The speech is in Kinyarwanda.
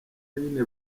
nyine